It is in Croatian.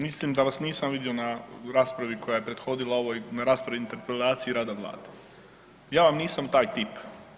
Mislim da vas nisam vidio na raspravi koja je prethodila ovoj raspravi interpelaciji rada Vlada, ja vam nisam taj tip.